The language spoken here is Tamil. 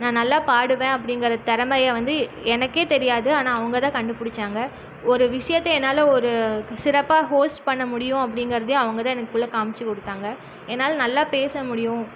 நான் நல்லா பாடுவேன் அப்படிங்குற திறமையை வந்து எனக்கே தெரியாது ஆனால் அவங்க தான் கண்டு பிடிச்சாங்க ஒரு விசயத்தை என்னால் ஒரு சிறப்பாக ஹோஸ்ட் பண்ண முடியும் அப்படிங்குறதயே அவங்க தான் எனக்கு காமிச்சு கொடுத்தாங்க என்னால் நல்லா பேச முடியும்